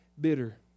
bitter